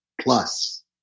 plus